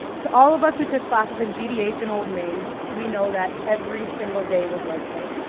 to all of us who took classes in gdh and old main, we know that every single day was like day.